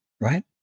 right